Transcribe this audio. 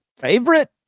favorite